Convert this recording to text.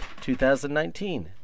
2019